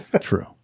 True